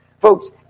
Folks